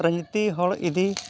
ᱨᱟᱡᱽᱱᱤᱛᱤ ᱦᱚᱲ ᱤᱫᱤ